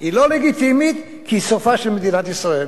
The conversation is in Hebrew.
היא לא לגיטימית כי היא סופה של מדינת ישראל.